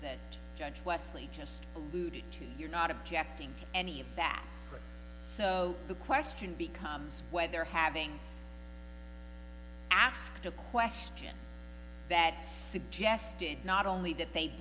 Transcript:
that judge wesley just alluded to you're not objecting to any of that so the question becomes whether having asked a question that suggested not only did they